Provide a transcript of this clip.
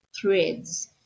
threads